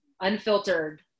Unfiltered